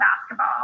basketball